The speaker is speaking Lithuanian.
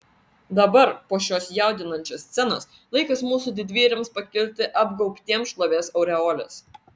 dabar po šios jaudinančios scenos laikas mūsų didvyriams pakilti apgaubtiems šlovės aureolės